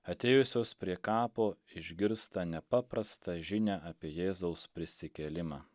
atėjusios prie kapo išgirsta nepaprastą žinią apie jėzaus prisikėlimą